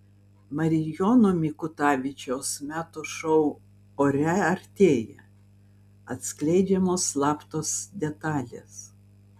marijono mikutavičiaus metų šou ore artėja atskleidžiamos slaptos detalės